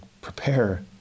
prepare